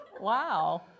wow